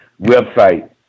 website